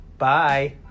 Bye